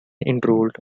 enrolled